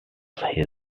his